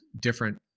different